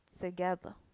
together